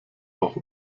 auch